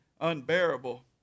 unbearable